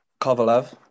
Kovalev